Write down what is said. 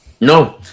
No